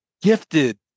gifted